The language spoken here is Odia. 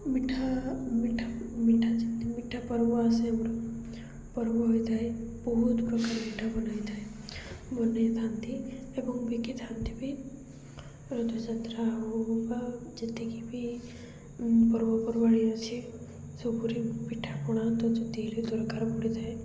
ମିଠା ମିଠା ମିଠା ଯେମତି ମିଠା ପର୍ବ ଆସେ ଆମର ପର୍ବ ହୋଇଥାଏ ବହୁତ ପ୍ରକାର ମିଠା ବନାହେଇ ଥାଏ ବନାଇଥାନ୍ତି ଏବଂ ବିକିଥାନ୍ତି ବି ରଥଯାତ୍ରା ହଉ ବା ଯେତିକି ବି ପର୍ବପର୍ବାଣି ଅଛି ସବୁରି ପିଠା ପଣା ଦଉଛନ୍ତି ଦରକାର ପଡ଼ିଥାଏ